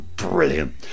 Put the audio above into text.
brilliant